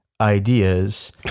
ideas